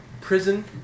prison